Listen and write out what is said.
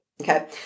Okay